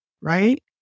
right